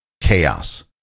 chaos